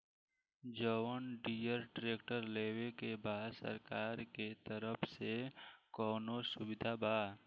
John Deere tractor लेवे के बा सरकार के तरफ से कौनो सुविधा बा?